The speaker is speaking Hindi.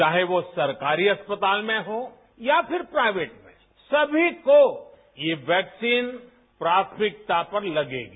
चाहे वो सरकारी अस्पताल में हो या फिर प्राइवेट में सभी को ये वैक्सीन प्राथमिकता पर लगेगी